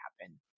happen